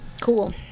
cool